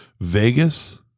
Vegas